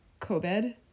covid